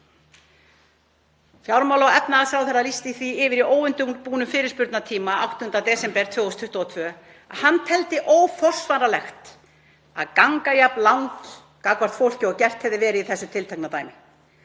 Fjármála- og efnahagsráðherra lýsti því yfir í óundirbúnum fyrirspurnatíma 8. desember 2022 að hann teldi óforsvaranlegt að ganga jafn langt gagnvart fólki og gert hefur verið í þessu tiltekna dæmi.